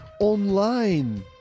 online